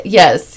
yes